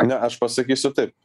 ne aš pasakysiu taip